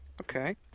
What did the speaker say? okay